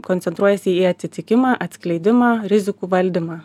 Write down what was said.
koncentruojasi į atitikimą atskleidimą rizikų valdymą